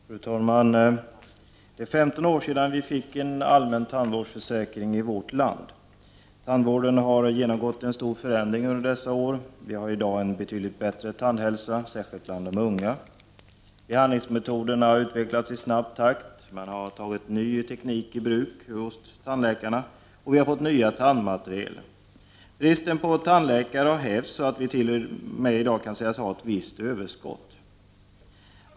Fru talman! Det är 15 år sedan vi fick en allmän tandvårdsförsäkring i vårt land. Tandvården har genomgått en stor förändring under dessa år. Vi har i dag en betydligt bättre tandhälsa, särskilt bland de unga. Behandlingsmetoderna har utvecklats i snabb takt. Man har tagit ny teknik i bruk hos tandläkarna, och vi har fått nya tandmateriel. Bristen på tandläkare har hävts, så att vi i dag t.o.m. kan sägas ha ett visst överskott.